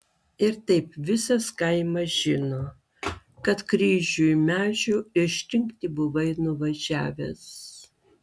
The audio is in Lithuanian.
ir taip visas kaimas žino kad kryžiui medžio išrinkti buvai nuvažiavęs